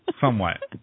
Somewhat